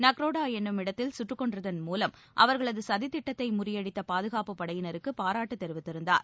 நக்ரோடா என்னுமிடத்தில் சுட்டுக் கொன்றதன் மூலம் அவர்களது சதித் திட்டத்தை முறியடித்த பாதுகாப்புப் படையினருக்கு பாராட்டு தெரிவித்திருந்தார்